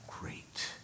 great